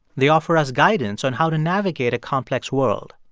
they offer us guidance on how to navigate a complex world.